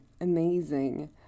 amazing